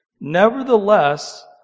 Nevertheless